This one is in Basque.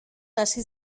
hasi